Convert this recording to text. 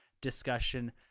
discussion